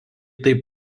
taip